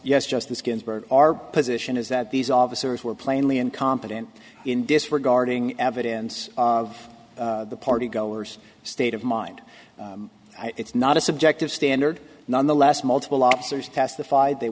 yes justice ginsburg our position is that these officers were plainly incompetent in disregarding evidence of the party goers state of mind it's not a subjective standard nonetheless multiple officers testified they